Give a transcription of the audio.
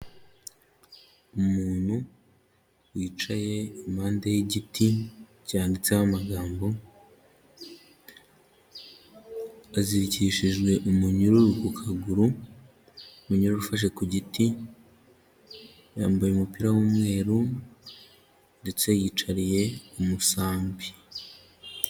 Umuntu wicaye impande y'igiti cyanditseho amagambo, azirikishijwe umunyururu ku kaguru, umunyururu ufashe ku giti, yambaye umupira w'umweru ndetse yiyicariye ku mu umusambi.